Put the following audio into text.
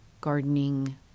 gardening